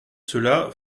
cela